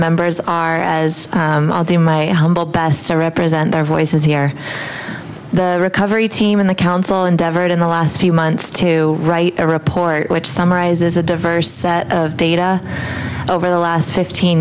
members are as i'll do my best to represent their voices here the recovery team in the council endeavored in the last few months to write a report which summarizes a diverse set of data over the last fifteen